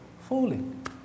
falling